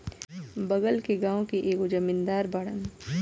बगल के गाँव के एगो जमींदार बाड़न